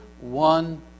one